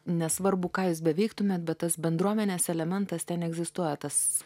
nesvarbu ką jūs beveiktumėt bet tas bendruomenės elementas ten egzistuoja tas